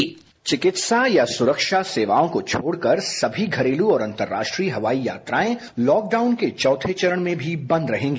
sound bite चिकित्सा या सुरक्षा सेवाओं को छोड़कर सभी घरेलू और अंतर्राष्ट्रीय हवाई यात्राएं लॉकडाउन के चौथे चरण में भी बंद रहेंगी